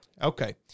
Okay